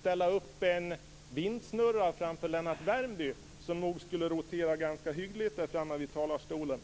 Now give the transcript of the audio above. ställa upp en vindsnurra framför Lennart Värmby, som nog skulle rotera ganska hyggligt framme vid talarstolen.